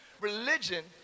religion